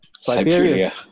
Siberia